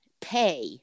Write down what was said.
pay